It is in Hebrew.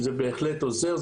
וזה בהחלט עוזר.